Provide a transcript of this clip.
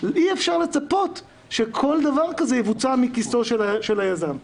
אי אפשר לצפות שכל דבר כזה יבוצע מכיסו של היזם.